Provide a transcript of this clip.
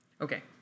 Okay